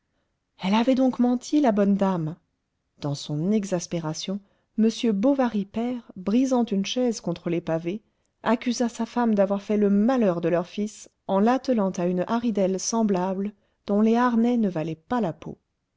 elle avait donc menti la bonne dame dans son exaspération m bovary père brisant une chaise contre les pavés accusa sa femme d'avoir fait le malheur de leur fils en l'attelant à une haridelle semblable dont les harnais ne valaient pas la peau